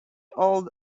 old